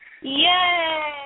Yay